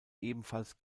ebenfalls